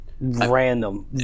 Random